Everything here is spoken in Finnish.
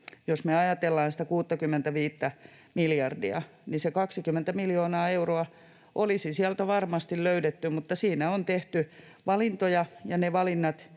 me ajatellaan sitä 65:tä miljardia, niin se 20 miljoonaa euroa olisi sieltä varmasti löydetty, mutta siinä on tehty valintoja ja ne valinnat